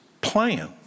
plan